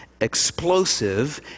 explosive